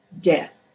death